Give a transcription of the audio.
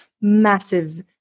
massive